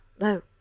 no